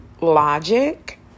logic